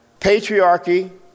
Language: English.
Patriarchy